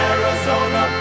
Arizona